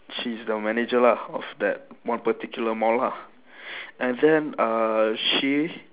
she's the manager lah of that one particular mall lah and then uh she